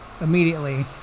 immediately